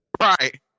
Right